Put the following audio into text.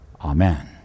Amen